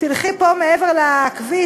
תלכי פה מעבר לכביש,